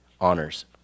honors